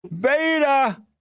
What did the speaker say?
beta